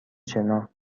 شنا